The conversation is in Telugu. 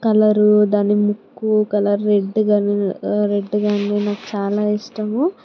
కలరు దాని ముక్కు కలర్ రెడ్గానూ రెడ్గానూ నాకు చాలా ఇష్టము